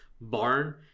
barn